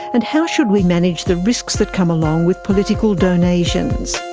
and how should we manage the risks that come along with political donations?